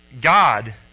God